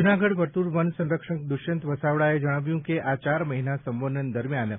જૂનાગઢ વર્તુળ વન સંરક્ષક દુષ્યંત વસાવડાએ જણાવ્યું હતું કે આ ચાર મહિના સંવનન સમય દરમિયાન